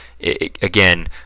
Again